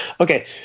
Okay